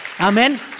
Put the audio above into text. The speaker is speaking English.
Amen